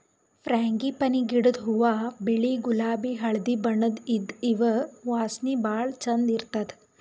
frangipani ಗಿಡದ್ ಹೂವಾ ಬಿಳಿ ಗುಲಾಬಿ ಹಳ್ದಿ ಬಣ್ಣದ್ ಇದ್ದ್ ಇವ್ ವಾಸನಿ ಭಾಳ್ ಛಂದ್ ಇರ್ತದ್